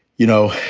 you know,